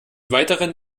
weiteren